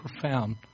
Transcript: profound